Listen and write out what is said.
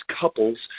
couples